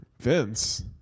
Vince